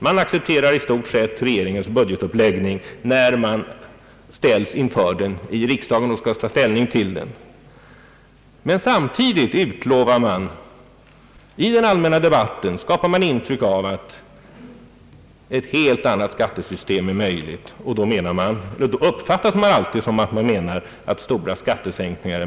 Man accepterar i stort sett regeringens budgetuppläggning då man i riksdagen skall ta ställning till den. Men samtidigt lovar man skattesänkningar i framtiden och skapar i den allmänna debatten intryck av att en skattereform skall ge utrymme för betydande skattesänkningar.